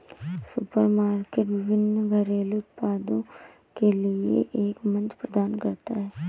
supermarket विभिन्न घरेलू उत्पादों के लिए एक मंच प्रदान करता है